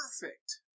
perfect